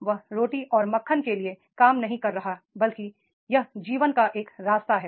वह रोटी और मक्खन के लिए काम नहीं कर रहा है बल्कि यह जीवन का एक रास्ता है